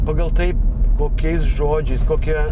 pagal tai kokiais žodžiais kokie